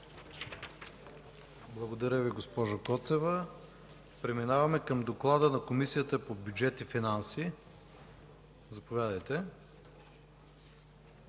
Благодаря Ви, госпожо Коцева. Преминаваме към доклада на Комисията по бюджет и финанси. Заповядайте.